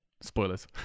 spoilers